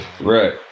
Right